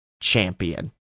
Champion